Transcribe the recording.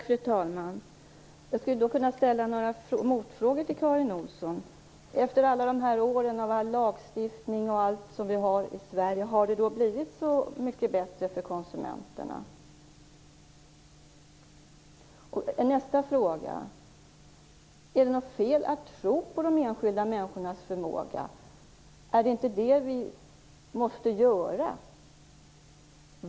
Fru talman! Jag skall ställa några motfrågor till Har det blivit så mycket bättre för konsumenterna efter alla dessa år med all lagstiftning och allt som vi har i Sverige? Är det något fel i att tro på de enskilda människornas förmåga? Är det inte detta vi måste göra?